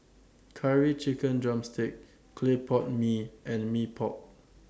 Curry Chicken Drumstick Clay Pot Mee and Mee Pok